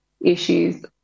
issues